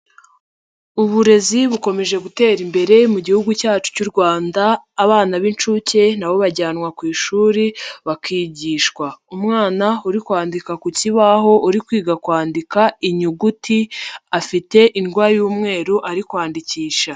Uburezi bukomeje gutera imbere mu gihugu cyacu cy'u Rwanda abana b'incuke nabo bajyanwa ku ishuri bakigishwa, umwana uri kwandika ku kibaho uri kwiga kwandika inyuguti afite indwara y'umweru ari kwandikisha.